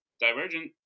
Divergent